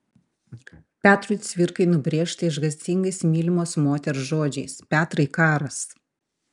petrui cvirkai nubrėžta išgąstingais mylimos moters žodžiais petrai karas